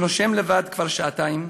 שנושם לבד כבר שעתיים.